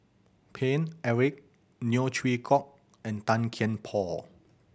Paine Eric Neo Chwee Kok and Tan Kian Por